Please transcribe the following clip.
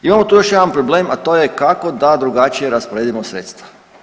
Imamo tu još jedan problem, a to je kako da drugačije rasporedimo sredstva.